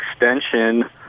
extension